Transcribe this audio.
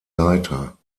leiter